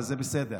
אז בסדר,